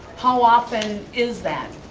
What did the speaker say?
how often is that?